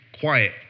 quiet